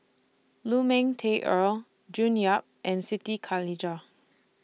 Lu Ming Teh Earl June Yap and Siti Khalijah